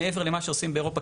מעבר למה שעושים באירופה,